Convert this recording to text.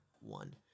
one